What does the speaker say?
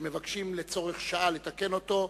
שמבקשים לצורך שעה לתקן אותו,